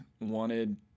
wanted